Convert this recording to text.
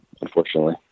unfortunately